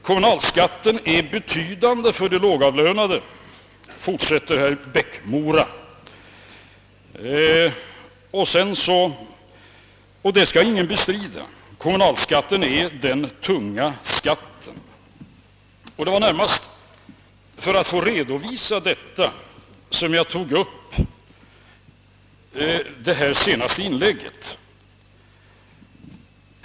Kommunalskatten är betydande och betungande för de lågavlönade, fortsatte herr Eriksson i Bäckmora. Det skall ingen bestrida — kommunalskatten är den tunga skatten. Det var närmast för att få detta redovisat som jag tog upp det senaste inlägget.